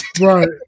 Right